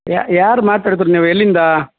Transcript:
ಯಾ ಯಾರು ಮಾತಾಡೋದ್ ನೀವು ಎಲ್ಲಿಂದಾ